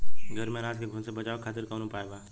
घर में अनाज के घुन से बचावे खातिर कवन उपाय बा?